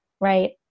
right